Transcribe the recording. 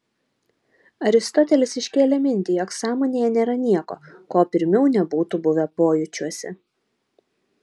aristotelis iškėlė mintį jog sąmonėje nėra nieko ko pirmiau nebūtų buvę pojūčiuose